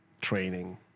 training